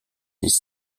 des